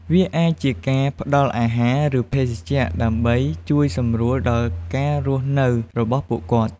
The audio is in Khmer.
វាអាចជាការផ្ដល់អាហារ ឬ ភេសជ្ជៈ ដើម្បីជួយសម្រួលដល់ការរស់នៅរបស់ពួកគាត់។